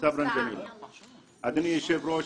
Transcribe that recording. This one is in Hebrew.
אדוני היושב-ראש,